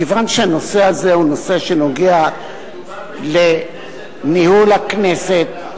מכיוון שהנושא הזה הוא נושא שנוגע לניהול הכנסת,